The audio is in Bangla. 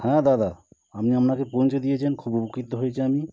হ্যাঁ দাদা আপনি আমাকে পৌঁছে দিয়েছেন খুব উপকৃত হয়েছি আমি